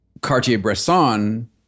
Cartier-Bresson